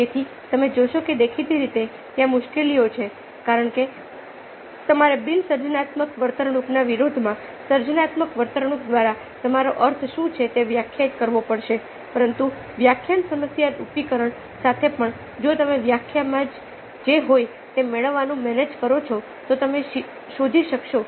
તેથી તમે જોશો કે દેખીતી રીતે ત્યાં મુશ્કેલીઓ છે કારણ કે તમારે બિન સર્જનાત્મક વર્તણૂકના વિરોધમાં સર્જનાત્મક વર્તણૂક દ્વારા તમારો અર્થ શું છે તે વ્યાખ્યાયિત કરવો પડશે પરંતુ વ્યાખ્યાના સમસ્યારૂપીકરણ સાથે પણ જો તમે વ્યાખ્યામાં જે હોય તે મેળવવાનું મેનેજ કરો છો તો તમે શોધી શકશો